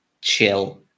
chill